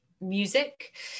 music